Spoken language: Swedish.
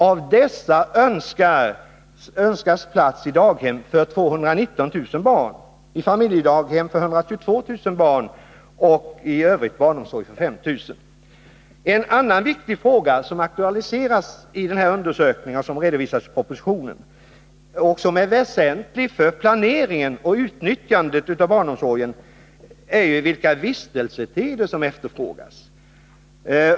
Av dessa önskades plats i daghem för 219 000 barn, i familjedaghem för 122 000 barn och i övrigt barnomsorg för 5 000 barn. En annan viktig fråga — som aktualiseras i denna undersökning och redovisas i propositionen och som är väsentlig för planeringen och utnyttjandet av barnomsorgen — är vilka vistelsetider som efterfrågas.